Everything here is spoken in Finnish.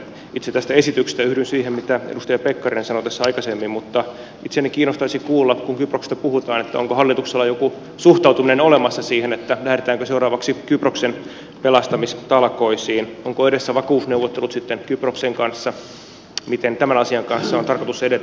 itse tästä esityksestä yhdyn siihen mitä edustaja pekkarinen sanoi tässä aikaisemmin mutta itseäni kiinnostaisi kuulla kun kyproksesta puhutaan onko hallituksella joku suhtautuminen olemassa siihen lähdetäänkö seuraavaksi kyproksen pelastamistalkoisiin onko edessä vakuusneuvottelut kyproksen kanssa ja miten tämän asian kanssa on tarkoitus edetä